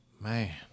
Man